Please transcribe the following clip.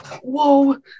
whoa